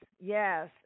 yes